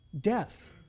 Death